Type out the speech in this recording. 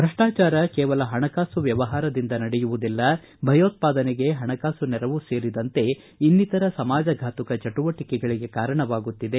ಭ್ರಷ್ಟಾಚಾರ ಕೇವಲ ಹಣಕಾಸು ವ್ತವಹಾರದಿಂದ ನಡೆಯುವುದಿಲ್ಲ ಭಯೋತ್ಪಾದನೆಗೆ ಪಣಕಾಸು ನೆರವು ಸೇರಿದಂತೆ ಇನ್ನಿತರೆ ಸಮಾಜಭಾತುಕ ಚಟುವಟಿಕೆಗಳಿಗೆ ಕಾರಣವಾಗುತ್ತಿದೆ